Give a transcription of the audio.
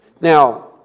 Now